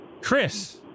Chris